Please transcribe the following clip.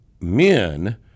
men